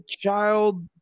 child